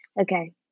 Okay